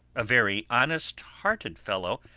a very honest-hearted fellow,